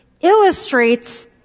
illustrates